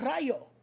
Rayo